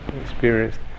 experienced